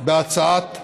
בהצעת החוק.